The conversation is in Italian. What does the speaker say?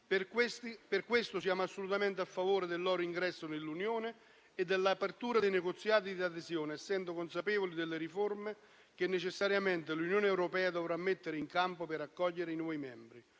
Per questo siamo assolutamente a favore del loro ingresso nell'Unione e dell'apertura dei negoziati di adesione, essendo consapevoli delle riforme che necessariamente l'Unione europea dovrà mettere in campo per accogliere i nuovi membri.